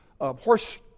horse